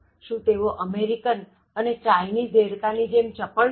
શું તેઓ અમેરિકન અને ચાઇનીઝ દેડકા ની જેમ ચપળ નથી